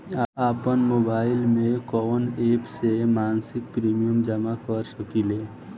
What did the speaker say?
आपनमोबाइल में कवन एप से मासिक प्रिमियम जमा कर सकिले?